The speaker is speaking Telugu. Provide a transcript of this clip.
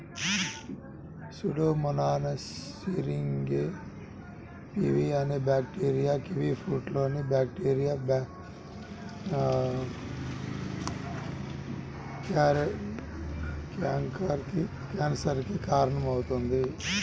సూడోమోనాస్ సిరింగే పివి అనే బ్యాక్టీరియా కివీఫ్రూట్లోని బ్యాక్టీరియా క్యాంకర్ కి కారణమవుతుంది